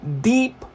Deep